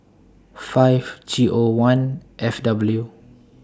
five G O one F W